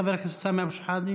חבר הכנסת סמי אבו שחאדה,